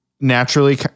naturally